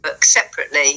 ...separately